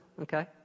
Okay